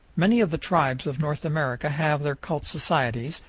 many of the tribes of north america have their cult societies,